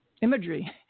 imagery